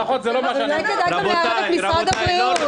אולי כדאי לערב גם את משרד הבריאות.